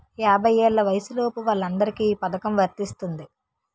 యాభై ఏళ్ల వయసులోపు వాళ్ళందరికీ ఈ పథకం వర్తిస్తుంది